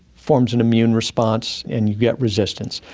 forms an immune response and you get resistance.